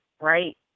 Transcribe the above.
right